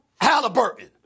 Halliburton